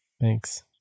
Thanks